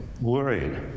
worried